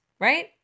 right